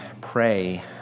pray